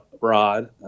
rod